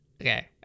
Okay